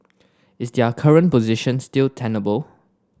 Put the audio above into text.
is their current position still tenable